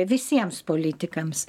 visiems politikams